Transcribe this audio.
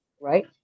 right